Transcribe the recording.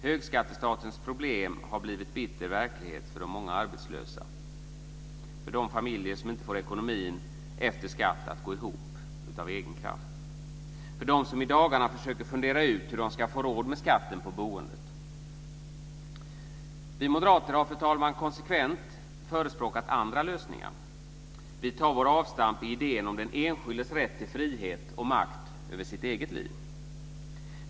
Högskattestatens problem har blivit bitter verklighet för de många arbetslösa, för de familjer som inte får ekonomin efter skatt att gå ihop av egen kraft, för de som i dagarna försöker fundera ut hur de ska få råd med skatten på boendet. Fru talman! Vi moderater har konsekvent förespråkat andra lösningar. Vi tar vårt avstamp i idén om den enskildes rätt till frihet och makt över sitt eget liv.